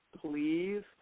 please